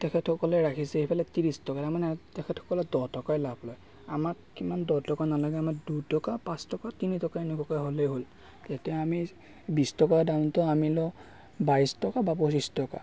তেখেতসকলে ৰাখিছে এইফালে ত্ৰিছ টকা তাৰমানে তেখেতসকলে দহ টকাই লাভ লয় আমাক কিমান দহ টকা নালাগে আমাক দুটকা পাঁচ টকা তিনি টকা এনেকুৱাকৈ হ'লেই হ'ল তেতিয়া আমি বিশ টকা দামটো আমি লওঁ বাইছ টকা বা পঁচিছ টকা